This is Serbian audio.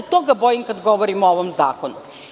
Toga se bojim kada govorim o ovom zakonu.